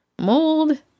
Mold